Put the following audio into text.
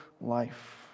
life